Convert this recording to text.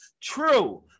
true